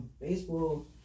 Baseball